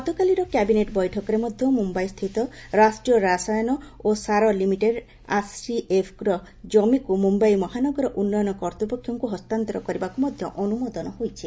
ଗତକାଲିର କ୍ୟାବିନେଟ୍ ବୈଠକରେ ମଧ୍ୟ ମୁମ୍ୟାଇସ୍ଥିତ ରାଷ୍ଟ୍ରୀୟ ରସାୟନ ଓ ସାର ଲିମିଟେଡ୍ ଆର୍ସିଏଫ୍ର ଜମିକୁ ମୁମ୍ୟାଇ ମହାନଗର ଉନ୍ନୟନ କର୍ତ୍ତୃପକ୍ଷଙ୍କୁ ହସ୍ତାନ୍ତର କରିବାକୁ ମଧ୍ୟ ଅନୁମୋଦନ ଦେଇଛି